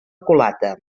culata